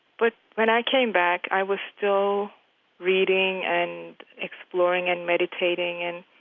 but when i came back, i was still reading and exploring and meditating. and